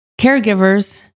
caregivers